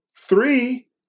Three